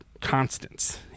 constants